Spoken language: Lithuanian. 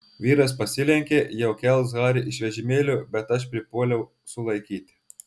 vyras pasilenkė jau kels harį iš vežimėlio bet aš pripuoliau sulaikyti